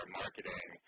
marketing